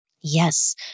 Yes